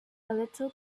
little